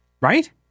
Right